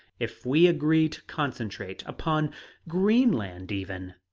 if we agree to concentrate upon greenland, even,